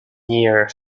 near